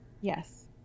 Yes